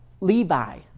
Levi